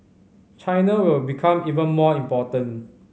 China will become even more important